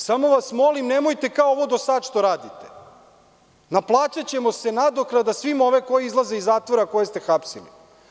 Samo vas molim, nemojte ovo kao do sada što radite, naplaćaćemo se nadoknada svima ovima koji izlaze iz zatvora koje ste hapsili.